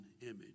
image